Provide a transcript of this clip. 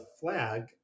flag